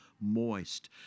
moist